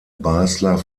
basler